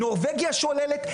נורבגיה שוללת,